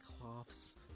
cloths